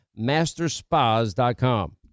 masterspas.com